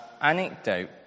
anecdote